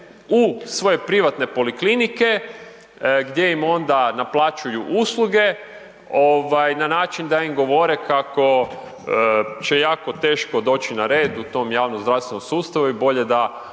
u svoje privatne poliklinike gdje im onda naplaćuju usluge, na način da im govore kako će jako teško doći na red u tom javnom zdravstvenom sustavu i bolje da